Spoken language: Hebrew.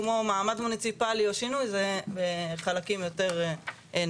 כמו מעמד מוניציפלי או שינוי זה חלקים יותר נמוכים.